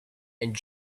and